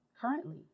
currently